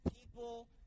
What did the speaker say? people